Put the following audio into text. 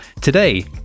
today